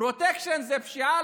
פרוטקשן זה פשיעה.